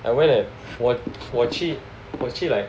I went at 我去我去 like